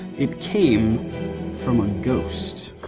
it came from a ghost.